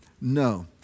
No